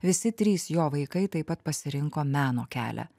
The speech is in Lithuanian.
visi trys jo vaikai taip pat pasirinko meno kelią